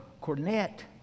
cornet